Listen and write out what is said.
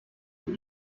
wie